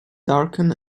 darken